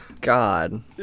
God